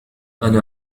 أنا